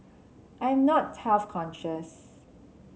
I am not health conscious